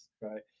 right